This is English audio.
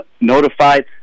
notified